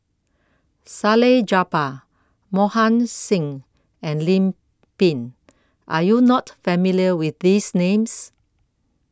Salleh Japar Mohan Singh and Lim Pin Are YOU not familiar with These Names